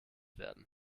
werden